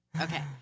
Okay